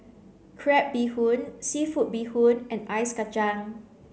crab bee hoon seafood bee hoon and ice kacang